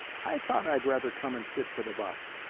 i thought i'd rather come and sit for the bust.